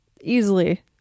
easily